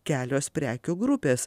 kelios prekių grupės